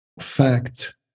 fact